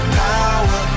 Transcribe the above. power